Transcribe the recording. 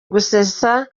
gusetsa